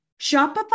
Shopify